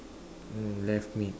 mm left mid